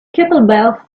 kettlebells